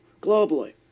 globally